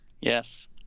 Yes